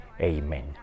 Amen